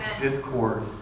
discord